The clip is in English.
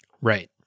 Right